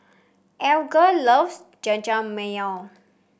Alger loves Jajangmyeon